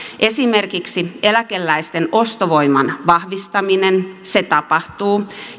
esimerkiksi eläkeläisten ostovoiman vahvistaminen se tapahtuu